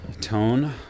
tone